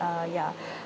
uh ya